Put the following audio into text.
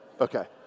Okay